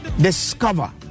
Discover